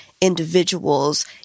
individuals